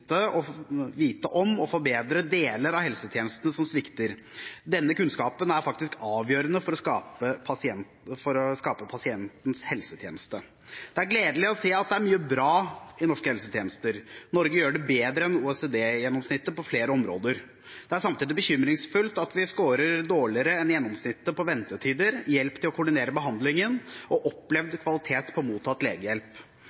må vi vite om og forbedre deler av helsetjenestene som svikter. Denne kunnskapen er avgjørende for å skape pasientens helsetjeneste. Det er gledelig å se at det er mye bra i norske helsetjenester. Norge gjør det bedre enn OECD-gjennomsnittet på flere områder. Det er samtidig bekymringsfullt at vi skårer dårligere enn gjennomsnittet på ventetider, hjelp til å koordinere behandling og opplevd kvalitet på mottatt legehjelp.